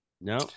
No